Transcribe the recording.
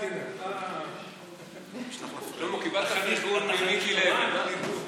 שלמה, קיבלת, ממיקי לוי.